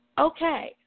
Okay